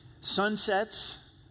Sunsets